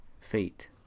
Fate